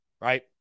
right